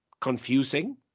confusing